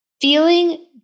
feeling